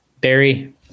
Barry